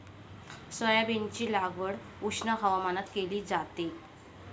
सोयाबीनची लागवड उष्ण हवामानात केली जाते